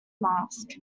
mask